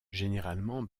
généralement